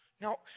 Now